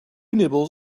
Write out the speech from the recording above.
nibbles